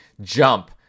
jump